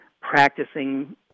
practicing